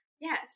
Yes